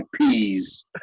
peas